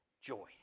joy